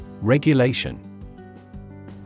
Regulation